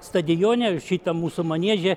stadione šitam mūsų manieže